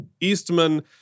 Eastman